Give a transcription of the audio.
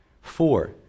Four